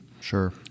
sure